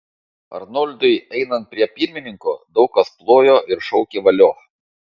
arnoldui einant prie pirmininko daug kas plojo ir šaukė valio